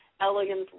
Elegance